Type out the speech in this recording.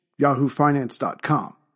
yahoofinance.com